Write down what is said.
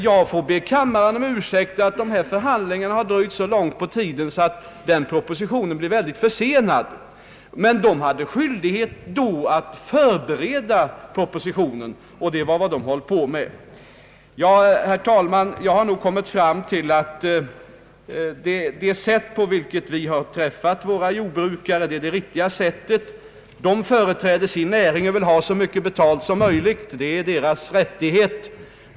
Jag får be kammaren om ursäkt för att dessa förhandlingar dragit så långt ut på tiden att propositionen i fråga blir mycket försenad. Kommittén hade skyldighet att förbereda propositionen, och det var vad den höll på med. Herr talman! Jag har kommit fram till att det sätt på vilket vi har samrått med jordbrukarna är det riktiga sättet. De företräder sin näring och vill ha så mycket betalt som möjligt. Det är deras rättighet.